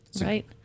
right